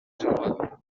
salvador